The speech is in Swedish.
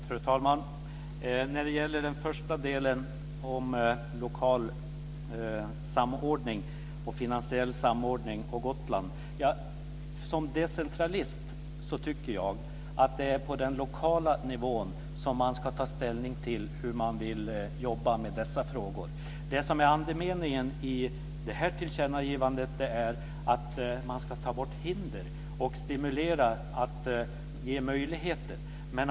Fru talman! När det gäller den första delen om lokal samordning och finansiell samordning på Gotland vill jag säga att jag som decentralist tycker att det är på den lokala nivån som man ska ta ställning till hur man vill jobba med dessa frågor. Det som är andemeningen i detta tillkännagivande är att man ska ta bort hinder och stimulera så att möjligheter ges.